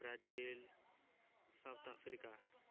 Brazil South Africa